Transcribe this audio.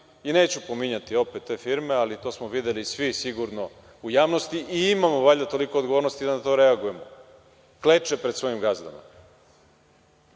i neću pominjati te firme, ali to smo videli svi sigurno u javnosti i imamo valjda toliko odgovornosti da na to reagujemo, kleče pred svojim gazdama.